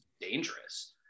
dangerous